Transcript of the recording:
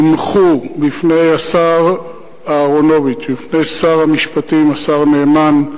ימחו בפני השר אהרונוביץ, בפני שר המשפטים נאמן,